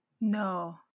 No